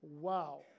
Wow